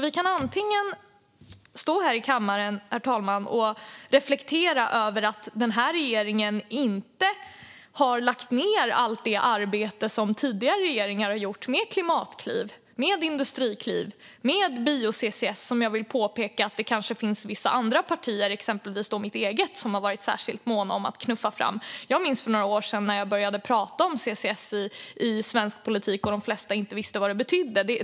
Vi kan stå här i kammaren och reflektera över att den här regeringen inte har avbrutit allt det arbete som tidigare regeringar har gjort med klimatkliv, industrikliv och bio-CCS. Och just bio-CCS vill jag påpeka att det finns andra partier, exempelvis mitt eget, som har varit särskilt måna om att föra fram. Jag minns hur jag för några år sedan började tala om CCS i svensk politik och de flesta inte visste vad det betydde.